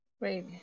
great